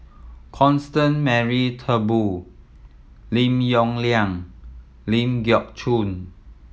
Constance Mary Turnbull Lim Yong Liang Ling Geok Choon